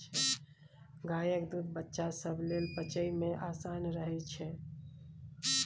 गायक दूध बच्चा सब लेल पचइ मे आसान रहइ छै